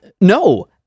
no